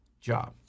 job